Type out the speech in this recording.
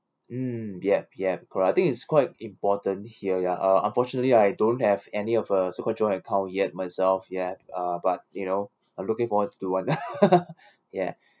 um yup yup correct I think is quite important here ya uh unfortunately I don't have any of uh so call joint account yet myself ya uh but you know I'm looking forward to one ya